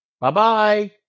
Bye-bye